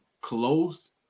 close